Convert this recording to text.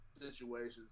situations